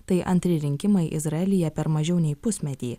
tai antri rinkimai izraelyje per mažiau nei pusmetį